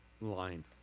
line